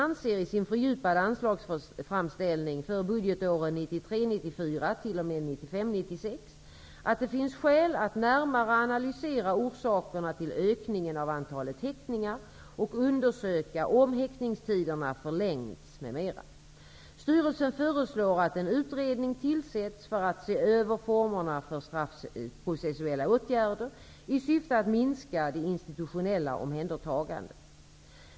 1995/96 att det finns skäl att närmare analysera orsakerna till ökningen av antalet häktningar och undersöka om häktningstiderna förlängts m.m. Styrelsen föreslår att en utredning tillsätts för att se över formerna för straffprocessuella åtgärder i syfte att minska det institutionella omhändertagandet.